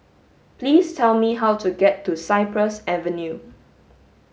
please tell me how to get to Cypress Avenue